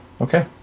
okay